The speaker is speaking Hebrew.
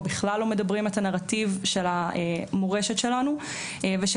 או בכלל לא מדברים את הנרטיב של המורשת שלנו ושגם